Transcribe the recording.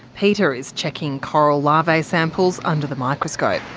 peter is checking coral larvae samples under the microscope.